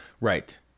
Right